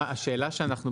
הנושא השני,